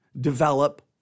develop